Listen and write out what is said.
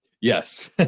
yes